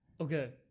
Okay